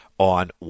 on